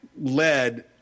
led